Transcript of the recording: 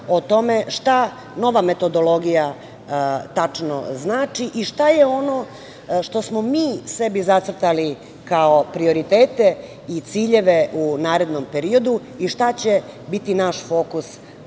o tome šta nova metodologija tačno znači i šta je ono što smo mi sebi zacrtali kao prioritete i ciljeve u narednom periodu i šta će biti naš fokus na